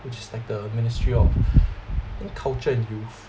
which is like the ministry of culture and youth